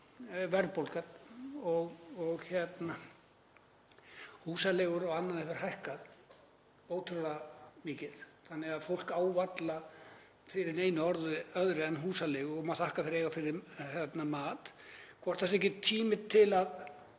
verðbólga og húsaleiga og annað hefur hækkað ótrúlega mikið þannig að fólk á varla fyrir neinu orðið öðru en húsaleigu og maður þakkar fyrir að eiga fyrir mat, hvort það sé ekki tími til að